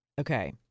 Okay